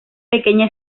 pequeña